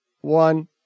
one